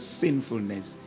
sinfulness